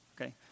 Okay